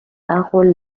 قول